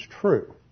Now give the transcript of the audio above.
true